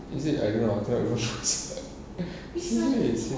is it I don't know I can't remember is it